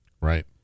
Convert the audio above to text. Right